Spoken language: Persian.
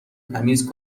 تمیز